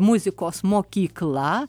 muzikos mokykla